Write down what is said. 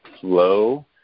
flow